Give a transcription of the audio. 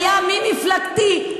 שהיה ממפלגתי,